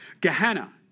Gehenna